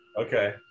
Okay